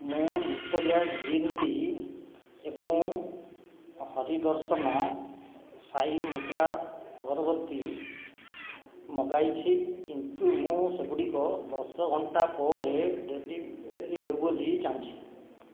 ମୁଁ Emperia green ଟି ଏବଂ ହରି ଦର୍ଶନ ସାଇ ମୋଗ୍ରା ଅଗରବତୀ ମଗାଇଛି କିନ୍ତୁ ମୁଁ ସେଗୁଡ଼ିକ ଦଶ ଘଣ୍ଟା ପରେ ଡେଲିଭରି ହେଉ ବୋଲି ଚାହୁଁଛି